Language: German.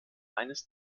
eines